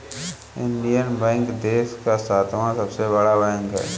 Indian bank देश का सातवां सबसे बड़ा बैंक है